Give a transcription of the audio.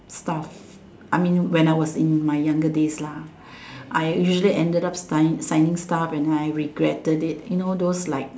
stuff I mean when I was in my younger days lah I usually ended up sign signing up and then I regretted it you know those like